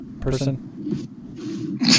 person